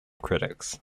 critics